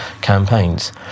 campaigns